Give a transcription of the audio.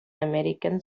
american